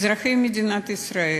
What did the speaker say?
אזרחי מדינת ישראל,